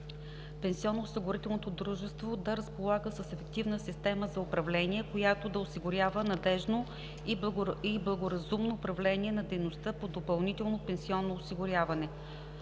пенсионноосигурителното дружество да разполага с ефективна система за управление, която да осигурява надеждно и благоразумно управление на дейността по допълнително пенсионно осигуряване.